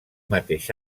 mateix